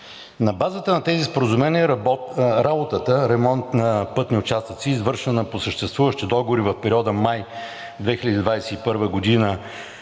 На базата на тези споразумения работата – ремонт на пътни участъци, извършвана по съществуващи договори в периода май 2021 г.